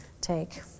take